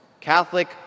Catholic